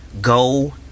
go